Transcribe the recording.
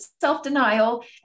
self-denial